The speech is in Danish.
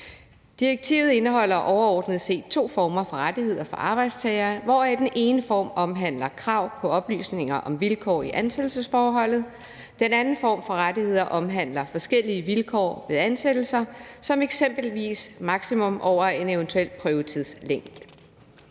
Direktivet indeholder overordnet set to former for rettigheder for arbejdstagere, hvoraf den ene form omhandler krav på oplysninger om vilkår i ansættelsesforholdet; den anden form for rettigheder omhandler forskellige vilkår ved ansættelser som eksempelvis et maksimum over en eventuel prøvetids længde.